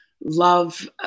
love